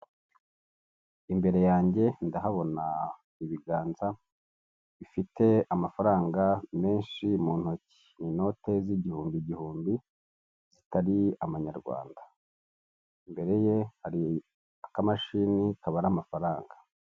imbere yanjye ndahabona ibiganza bifite amafaranga menshi mu ntoki, inote z'igihumbi igihumbi zitari amanyarwanda imbere ye hari akamashini kabara amafaranga.